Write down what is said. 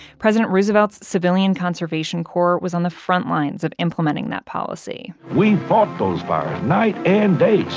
president roosevelt's civilian conservation corps was on the frontlines of implementing that policy. we fought those fires, night and day,